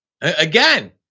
Again